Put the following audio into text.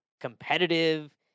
competitive